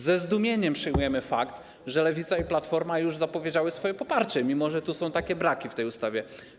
Ze zdumieniem przyjmujemy fakt, że Lewica i Platforma już zapowiedziały swoje poparcie, mimo że są takie braki w tej ustawie.